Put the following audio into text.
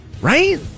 right